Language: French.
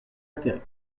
altéré